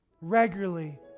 regularly